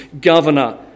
governor